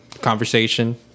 conversation